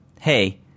hey